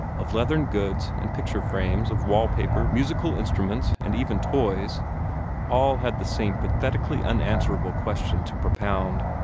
of leathern goods and picture-frames, of wall-paper, musical instruments, and even toys all had the same pathetically unanswerable question to propound.